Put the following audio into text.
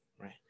right